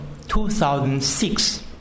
2006